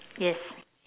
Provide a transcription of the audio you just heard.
yes